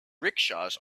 rickshaws